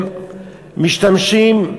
הם משתמשים,